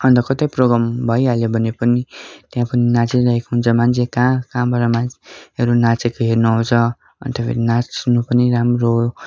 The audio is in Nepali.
अन्त कतै प्रोगाम भइहाल्यो भने पनि त्यहाँ पनि नाचिरहेको हुन्छ मान्छे कहाँ कहाँबाट मान्छेहरू नाचेको हेर्न आउँछ अन्त फेरि नाच्नु पनि राम्रो हो